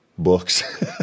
books